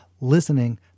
Listening